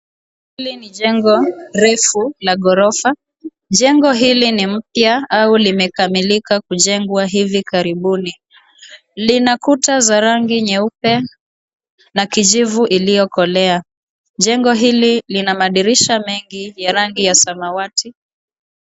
Hili ni jengo refu la gorofa, jengo hili ni mpya au limekamilika kujengwa hivi karibuni. Lina kuta za rangi nyeupe na kijivu iliyokolea. Jengo hili lina madirisha mengi ya rangi ya samawati.